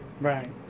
Right